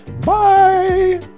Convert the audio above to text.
Bye